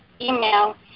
email